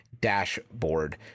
dashboard